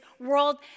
world